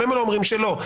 הם גם לא אומרים שלא.